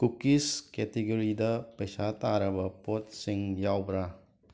cookies ꯀꯦꯇꯤꯒꯣꯔꯤꯗ ꯄꯩꯁꯥ ꯇꯥꯔꯕ ꯄꯣꯠꯁꯤꯡ ꯌꯥꯎꯕꯔ